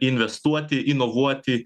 investuoti inovuoti